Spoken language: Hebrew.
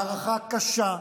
מערכה קשה,